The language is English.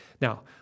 Now